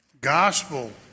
Gospel